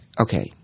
Okay